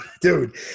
Dude